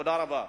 תודה רבה.